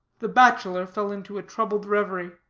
the bachelor fell into a troubled reverie.